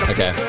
Okay